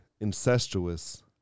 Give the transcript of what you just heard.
incestuous